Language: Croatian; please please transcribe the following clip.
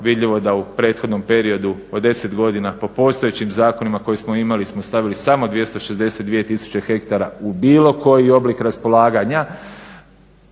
vidljivo da u prethodnom periodu od 10 godina po postojećim zakonima koje smo imali smo stavili samo 262000 hektara u bilo koji oblik raspolaganja